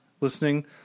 listening